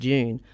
June